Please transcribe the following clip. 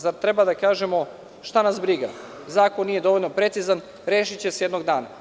Zar treba da kažemo, šta nas briga, zakon nije dovoljno precizan, rešiće se jednog dana.